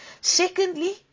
Secondly